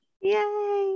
yay